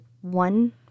one